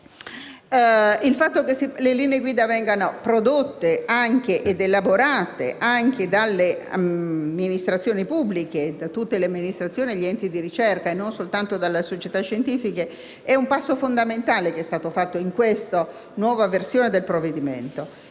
il fatto che le linee guida vengano prodotte ed elaborate anche dalle amministrazioni pubbliche (da tutte le amministrazioni ed enti di ricerca e non soltanto dalle società scientifiche) è un passo fondamentale che è stato compiuto con il nuovo testo del provvedimento.